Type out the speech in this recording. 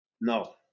No